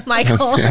Michael